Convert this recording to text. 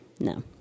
No